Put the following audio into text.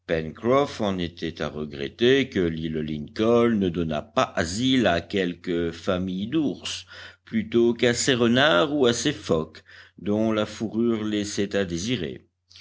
en était à regretter que l'île lincoln ne donnât pas asile à quelques familles d'ours plutôt qu'à ces renards ou à ces phoques dont la fourrure laissait à désirer